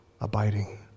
abiding